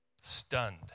Stunned